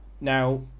Now